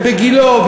ובגילה,